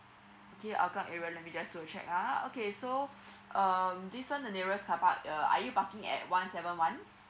okay hougang area let me just do a check ah okay so um this one the nearest car park uh are you parking at one seven one